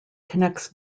connects